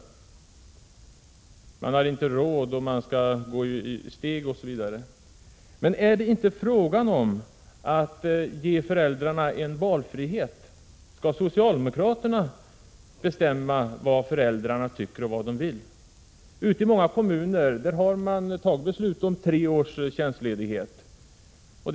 Han menade att vi inte har råd, att vi skall gå fram steg för steg osv. Är det inte fråga om att ge föräldrarna valfrihet? Skall socialdemokraterna bestämma vad föräldrar skall tycka och vilja? I många kommuner har man fattat beslut om tre års tjänstledighet för småbarnsföräldrar.